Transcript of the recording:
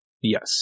Yes